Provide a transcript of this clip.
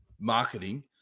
marketing